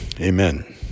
amen